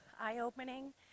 eye-opening